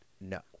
No